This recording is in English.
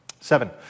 Seven